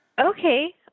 Okay